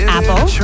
Apple